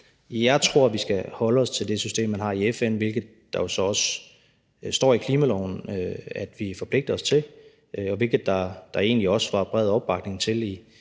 Jeg tror, at vi skal holde os til det system, man har i FN, hvilket der jo også står i klimaloven at vi forpligter os til, og hvilket der egentlig også var bred opbakning til i